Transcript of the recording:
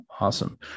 awesome